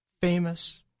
famous